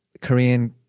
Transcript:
korean